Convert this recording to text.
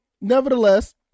nevertheless